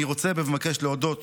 אני רוצה ומבקש להודות